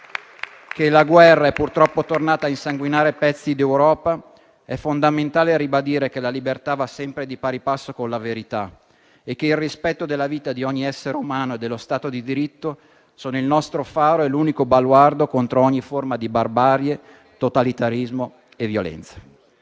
che la guerra è purtroppo tornata a insanguinare pezzi d'Europa è fondamentale ribadire che la libertà va sempre di pari passo con la verità e che il rispetto della vita di ogni essere umano e dello stato di diritto sono il nostro faro e l'unico baluardo contro ogni forma di barbarie, totalitarismo e violenza.